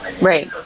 Right